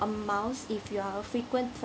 amounts if you are a frequent